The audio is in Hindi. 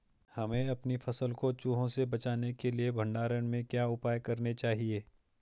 हमें अपनी फसल को चूहों से बचाने के लिए भंडारण में क्या उपाय करने चाहिए?